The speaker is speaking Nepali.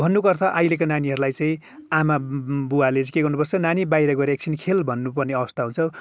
भन्नुको अर्थ अहिलेका नानीहरूलाई चाहिँ आमा बुवाले चाहिँ के गर्नु पर्छ नानी बाहिर गएर एकछिन खेल भन्नुपर्ने अवस्था हुन्छ